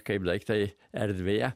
kaip daiktai erdvėj